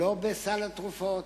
לא בסל התרופות,